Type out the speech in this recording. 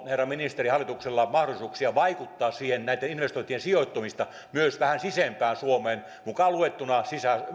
herra ministeri hallituksella mahdollisuuksia vaikuttaa näitten investointien sijoittumiseen myös vähän sisempään suomeen mukaan luettuna